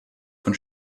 von